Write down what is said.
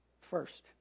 first